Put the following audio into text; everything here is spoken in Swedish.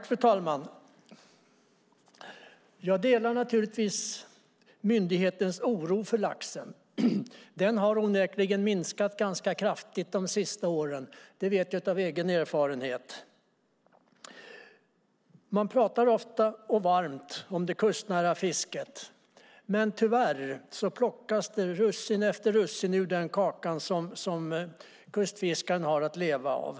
Fru talman! Jag delar naturligtvis myndighetens oro för laxbeståndet som onekligen minskat ganska kraftigt de senaste åren. Det vet jag av egen erfarenhet. Man talar ofta och varmt om det kustnära fisket. Men russin efter russin plockas tyvärr ur den kaka som kustfiskaren har att leva av.